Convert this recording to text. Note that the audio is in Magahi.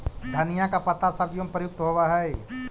धनिया का पत्ता सब्जियों में प्रयुक्त होवअ हई